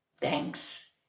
Thanks